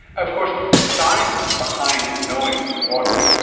of course the science behind knowing what the.